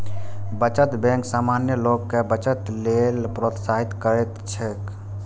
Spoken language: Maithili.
बचत बैंक सामान्य लोग कें बचत लेल प्रोत्साहित करैत छैक